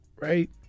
right